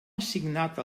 assignat